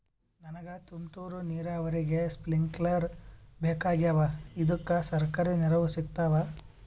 ನನಗ ತುಂತೂರು ನೀರಾವರಿಗೆ ಸ್ಪಿಂಕ್ಲರ ಬೇಕಾಗ್ಯಾವ ಇದುಕ ಸರ್ಕಾರಿ ನೆರವು ಸಿಗತ್ತಾವ?